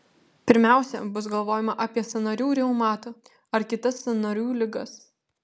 pirmiausia bus galvojama apie sąnarių reumatą ar kitas sąnarių ligas